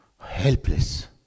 helpless